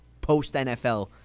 post-NFL